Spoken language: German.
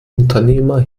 unternehmer